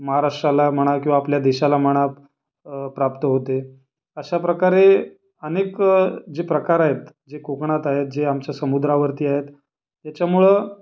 महाराष्ट्राला म्हणा किंवा आपल्या देशाला म्हणा प्राप्त होते अशाप्रकारे अनेक जे प्रकार आहेत जे कोकणात आहेत जे आमच्या समुद्रावरती आहेत त्याच्यामुळं